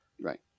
Right